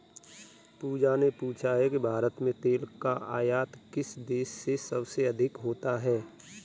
पूजा ने पूछा कि भारत में तेल का आयात किस देश से सबसे अधिक होता है?